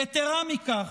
יתרה מכך,